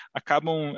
acabam